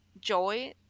joy